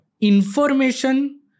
Information